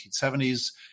1970s